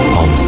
on